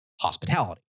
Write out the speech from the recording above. hospitality